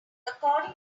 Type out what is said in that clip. according